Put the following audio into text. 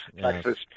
Texas